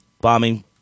bombing